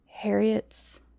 Harriet's